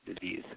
disease